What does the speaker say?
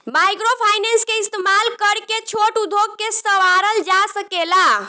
microfinance के इस्तमाल करके छोट उद्योग के सवारल जा सकेला